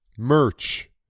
Merch